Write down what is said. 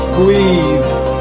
Squeeze